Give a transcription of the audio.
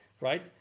right